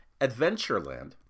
Adventureland